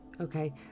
okay